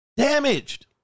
damaged